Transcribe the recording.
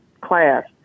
class